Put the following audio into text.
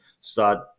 start